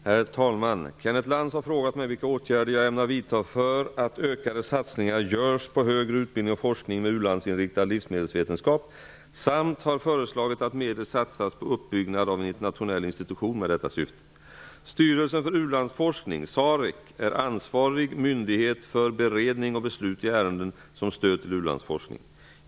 Herr talman! Kenneth Lantz har frågat mig vilka åtgärder jag ämnar vidta så att ökade satsningar görs på högre utbildning och forskning med ulandsinriktad livsmedelsvetenskap samt har föreslagit att medel satsas på uppbyggnad av en internationell institution med detta syfte. Styrelsen för u-landsforskning, SAREC, är ansvarig myndighet för beredning och beslut i ärenden om stöd till u-landsforskning.